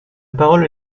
parole